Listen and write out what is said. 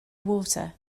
water